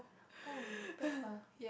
!oh! pepper